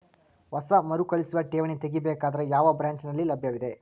ಹೊಸ ಮರುಕಳಿಸುವ ಠೇವಣಿ ತೇಗಿ ಬೇಕಾದರ ಯಾವ ಬ್ರಾಂಚ್ ನಲ್ಲಿ ಲಭ್ಯವಿದೆ?